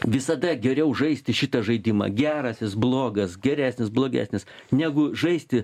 visada geriau žaisti šitą žaidimą geras jis blogas geresnis blogesnis negu žaisti